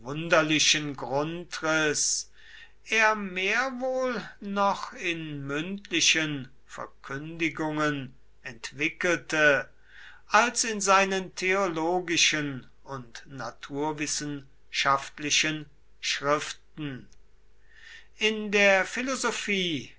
grundriß er mehr wohl noch in mündlichen verkündigungen entwickelte als in seinen theologischen und naturwissenschaftlichen schriften in der philosophie